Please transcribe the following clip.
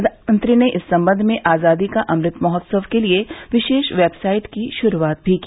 प्रधानमंत्री ने इस संबंध में आजादी का अमृत महोत्सव के लिए विशेष वेबसाइट की भी शुरूआत की